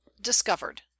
Discovered